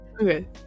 Okay